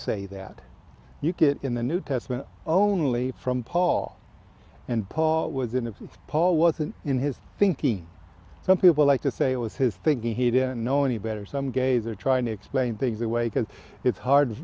say that you get in the new testament only from paul and paul was in it's paul wasn't in his thinking some people like to say it was his thinking he didn't know any better some gays are trying to explain things away because it's hard